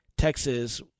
Texas